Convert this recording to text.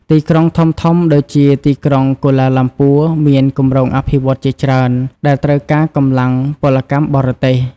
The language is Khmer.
ទីក្រុងធំៗដូចជាទីក្រុងគូឡាឡាំពួរ មានគម្រោងអភិវឌ្ឍន៍ជាច្រើន ដែលត្រូវការកម្លាំងពលកម្មបរទេស ។